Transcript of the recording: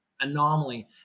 anomaly